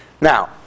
now